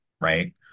right